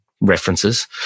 references